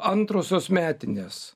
antrosios metinės